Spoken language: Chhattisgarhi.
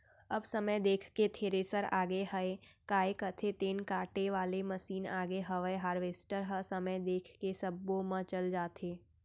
अब समय देख के थेरेसर आगे हयय, काय कथें तेन काटे वाले मसीन आगे हवय हारवेस्टर ह समय देख के सब्बो म चल जाथे